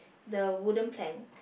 the wooden plank